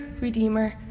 redeemer